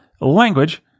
language